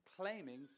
claiming